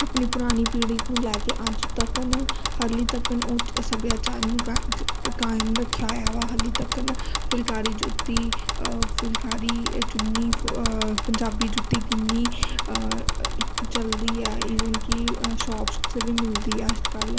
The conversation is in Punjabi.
ਆਪਣੀ ਪੁਰਾਣੀ ਪੀੜ੍ਹੀ ਨੂੰ ਲੈ ਕੇ ਅੱਜ ਤੱਕ ਹਲੀ ਤੱਕ ਉਹ ਸੱਭਿਆਚਾਰ ਨੂੰ ਕਾਇਮ ਰੱਖਿਆ ਹੋਇਆ ਵਾ ਹਲੀ ਤੱਕ ਫੁਲਕਾਰੀ ਜੁੱਤੀ ਫੁਲਕਾਰੀ ਚੁੰਨੀ ਪੰਜਾਬੀ ਜੁੱਤੀ ਕਿੰਨੀ ਚੱਲਦੀ ਆ ਈਵਨ ਕਿ ਅ ਸ਼ੋਪਸ 'ਤੇ ਵੀ ਮਿਲਦੀ ਆ ਅੱਜ ਕੱਲ੍ਹ